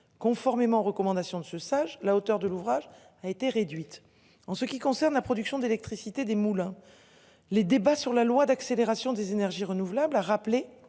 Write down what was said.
conformément aux recommandations de ce sage la auteur de l'ouvrage a été réduite en ce qui concerne la production d'électricité des moulins. Les débats sur la loi d'accélération des énergies renouvelables a rappelé